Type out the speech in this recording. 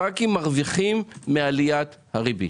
מרוויחים מעליית הריבית.